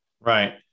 Right